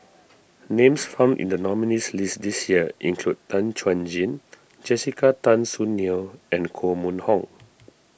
names found in the nominees' list this year include Tan Chuan Jin Jessica Tan Soon Neo and Koh Mun Hong